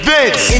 Vince